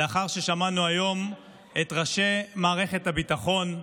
לאחר ששמענו היום את ראשי מערכת הביטחון,